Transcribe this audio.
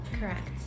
Correct